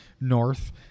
North